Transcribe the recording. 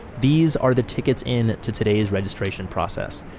these are the tickets in to today's registration process.